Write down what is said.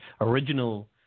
original